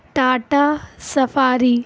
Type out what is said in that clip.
Tata safari